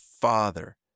Father